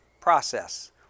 process